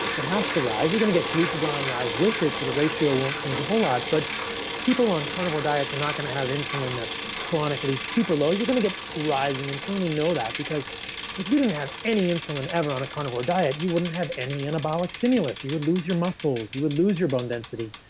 it has to rise. you're going to get glucagon rise with it. the ratio won't change a whole lot. but people on carnivore diets are not going to have insulin that's chronically super low. you're going to get rising insulin. we know that because if you didn't have any insulin ever on a carnivore diet, you wouldn't have any anabolic stimulus. you would lose your muscles you would lose your bone density.